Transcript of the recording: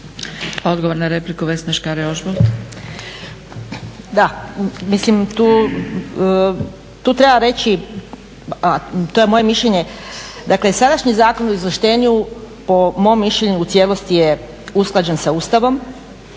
Ožbolt, Vesna (DC)** Da, mislim tu treba reći a to je moje mišljenje, dakle sadašnji Zakon o izvlaštenju po mom mišljenju u cijelosti je usklađen sa Ustavom